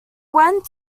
went